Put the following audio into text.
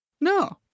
No